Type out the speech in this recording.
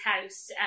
house